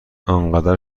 انقدر